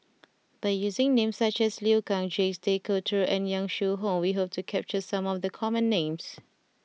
by using names such as Liu Kang Jacques De Coutre and Yong Shu Hoong we hope to capture some of the common names